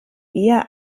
eher